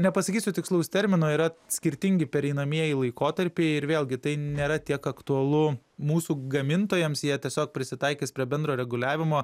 nepasakysiu tikslaus termino yra skirtingi pereinamieji laikotarpiai ir vėlgi tai nėra tiek aktualu mūsų gamintojams jie tiesiog prisitaikys prie bendro reguliavimo